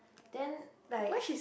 then like she